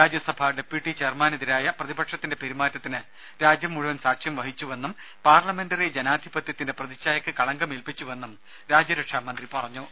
രാജ്യസഭാ deputy ചെയർമാനെതിരായ പ്രതിപക്ഷത്തിന്റെ പെരുമാറ്റത്തിന് രാജ്യം മുഴുവൻ സാക്ഷ്യം വഹിച്ചുവെന്നും പാർലമെന്ററി ജനാധിപത്യത്തിന്റെ പ്രതിഛായക്ക് കളങ്കം ഏൽപ്പിച്ചുവെന്നും രാജ്യരക്ഷാ മന്ത്രി പറഞ്ഞു